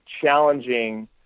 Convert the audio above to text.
challenging